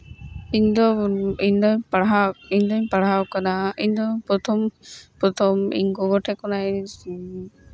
ᱤᱧᱫᱚ ᱤᱧᱫᱚ ᱯᱟᱲᱦᱟᱣ ᱤᱧᱫᱚᱧ ᱯᱟᱲᱦᱟᱣ ᱠᱟᱱᱟ ᱤᱧᱫᱚ ᱯᱨᱚᱛᱷᱚᱢ ᱯᱨᱚᱛᱷᱚᱢ ᱤᱧ ᱜᱚᱜᱚ ᱴᱷᱮᱡ ᱠᱷᱚᱱᱟᱜ ᱤᱧ